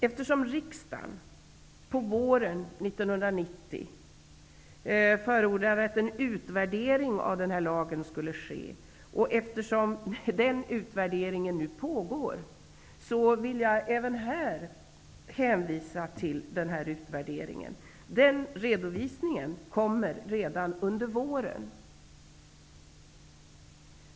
Eftersom riksdagen våren 1990 förordade att en utvärdering av lagen skulle ske, vill jag även här hänvisa till utvärderingen, som kommer att redovisas redan under våren.